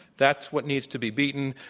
that's what needs to be beaten.